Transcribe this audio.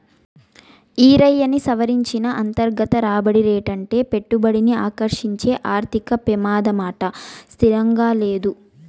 ఈరయ్యా, సవరించిన అంతర్గత రాబడి రేటంటే పెట్టుబడిని ఆకర్సించే ఆర్థిక పెమాదమాట సిత్రంగా లేదూ